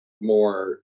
more